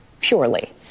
purely